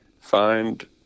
find